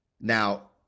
Now